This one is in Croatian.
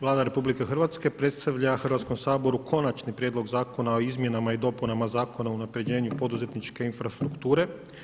Vlada RH predstavlja Hrvatskom saboru Konačni prijedlog Zakona o izmjenama i dopunama Zakona o unapređenju poduzetničke infrastrukture.